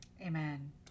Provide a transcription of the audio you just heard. Amen